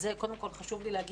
אז זה קודם כל חשוב לי להגיד,